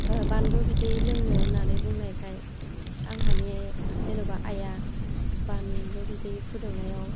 बानलु बिदै लोंनो होननानै बुंनायखाय आंनि जेनेबा आइया बानलु बिदै फुदुंनायाव